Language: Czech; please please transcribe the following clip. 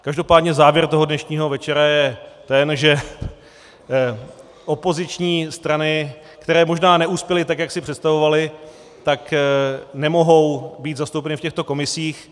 Každopádně závěr toho dnešního večera je ten, že opoziční strany, které možná neuspěly tak, jak si představovaly, tak nemohou být zastoupeny v těchto komisích.